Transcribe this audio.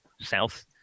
south